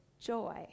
joy